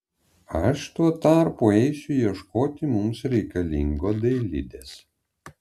aš tuo tarpu eisiu ieškoti mums reikalingo dailidės